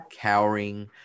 cowering